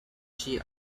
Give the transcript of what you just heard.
sheet